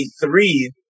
three